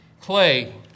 clay